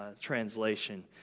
translation